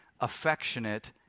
affectionate